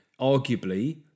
arguably